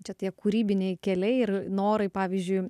čia tie kūrybiniai keliai ir norai pavyzdžiui